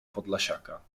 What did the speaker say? podlasiaka